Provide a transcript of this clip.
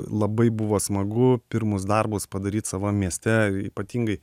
labai buvo smagu pirmus darbus padaryt savam mieste ypatingai